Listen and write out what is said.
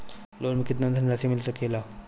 Loan मे केतना धनराशी मिल सकेला?